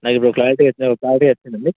నాకు ఇప్పుడు క్లారిటీ అయితే క్లారిటీ వచ్చింది అండి